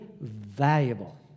valuable